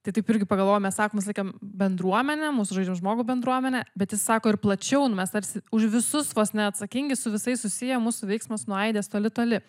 tai taip irgi pagalvojau mes sakom visą laiką bendruomenė mūsų žaidžiam žmogų bendruomenė bet jis sako ir plačiau nu mes tarsi už visus vos neatsakingi su visais susiję mūsų veiksmas nuaidės toli toli